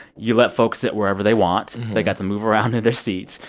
you let folks sit wherever they want. they got to move around in their seats.